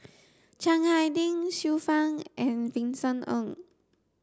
Chiang Hai Ding Xiu Fang and Vincent Ng